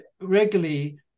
regularly